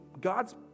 God's